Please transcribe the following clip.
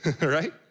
right